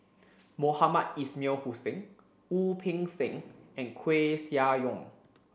Mohamed Ismail Hussain Wu Peng Seng and Koeh Sia Yong